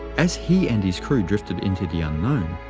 as he and his crew drifted into the unknown,